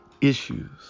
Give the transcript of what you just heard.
issues